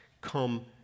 come